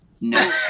no